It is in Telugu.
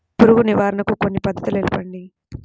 పురుగు నివారణకు కొన్ని పద్ధతులు తెలుపండి?